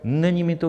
Není mi to...